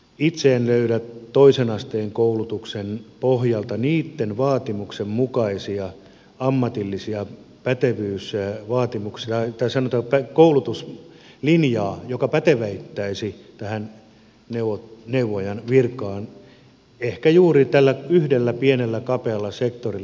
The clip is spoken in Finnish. itse en löydä toisen asteen koulutuksen pohjalta niitten vaatimuksenmukaisia ammatillisia pätevyys ja vaatimuksia että koulutuslinjaa joka pätevöittäisi tähän neuvojan virkaan ehkä juuri tällä yhdellä pienellä kapealla sektorilla